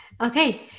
Okay